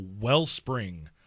wellspring